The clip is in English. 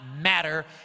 matter